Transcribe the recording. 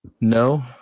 No